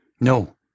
No